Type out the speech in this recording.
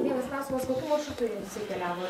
vienas klausimas kokiu maršrutu jie visi keliavo